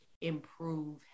improve